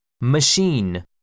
Machine